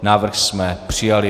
Návrh jsme přijali.